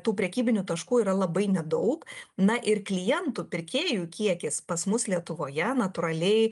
tų prekybinių taškų yra labai nedaug na ir klientų pirkėjų kiekis pas mus lietuvoje natūraliai